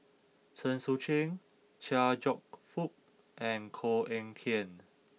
Chen Sucheng Chia Cheong Fook and Koh Eng Kian